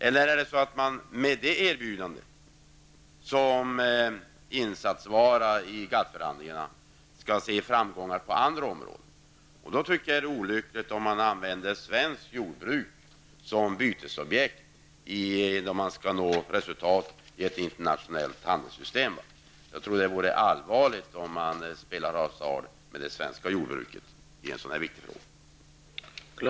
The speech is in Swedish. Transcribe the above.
Eller räknar man med att med detta erbjudande som insatsvara i GATT förhandlingarna kunna nå framgångar på andra områden? Jag anser att det vore olyckligt att använda svenskt jordbruk som bytesobjekt för att nå resultat i ett internationellt handelssystem. Det är allvarligt om man spelar hasard med det svenska jordbruket i en så viktig fråga.